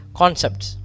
concepts